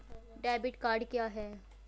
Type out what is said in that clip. Debit card क्या है?